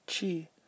chi